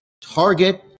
Target